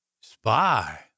Spy